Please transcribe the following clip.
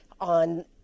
on